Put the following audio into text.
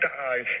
die